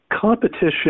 competition